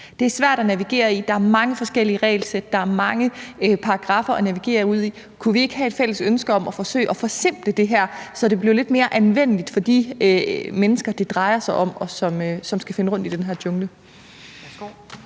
Det er svært at navigere i, der er mange forskellige regelsæt, og der er mange paragraffer at navigere ud fra. Kunne vi ikke have et fælles ønske om at forsøge at forsimple det her, så det blev lidt mere anvendeligt for de mennesker, det drejer sig om, og som skal finde rundt i den her jungle?